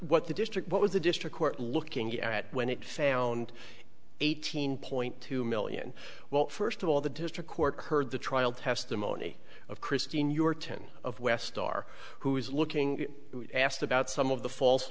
what the district what was a district court looking at when it found eighteen point two million well first of all the district court heard the trial testimony of christine your ten of west star who is looking at asked about some of the false